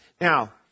Now